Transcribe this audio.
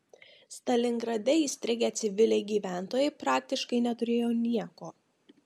stalingrade įstrigę civiliai gyventojai praktiškai neturėjo nieko